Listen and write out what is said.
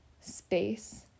space